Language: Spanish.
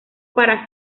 para